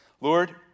Lord